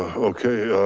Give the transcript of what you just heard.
ah okay,